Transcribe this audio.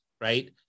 right